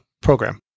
program